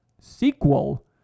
sequel